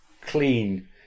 clean